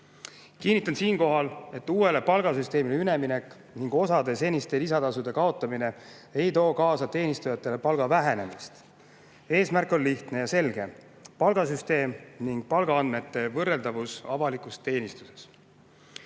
Kinnitan siinkohal, et uuele palgasüsteemile üleminek ning osa seniste lisatasude kaotamine ei too teenistujatele kaasa palga vähenemist. Eesmärk on lihtne ja selge palgasüsteem ning palgaandmete võrreldavus avalikus teenistuses. Teise